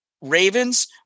Ravens